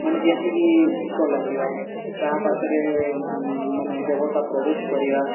ମାନେ ଯେମିତିକି ଭୂତ ଲାଗିବା କାହା ପାଖରେ ମାନେ ଦେବତା ପ୍ରବେଶ କରିବା